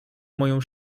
moją